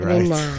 Right